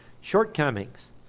shortcomings